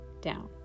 down